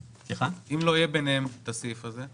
ואם לא יהיה ביניהם את הסעיף הזה?